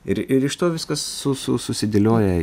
ir ir iš to viskas su su susidėlioja